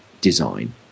Design